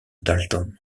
dalton